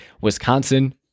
Wisconsin